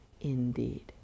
indeed